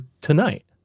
tonight